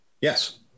Yes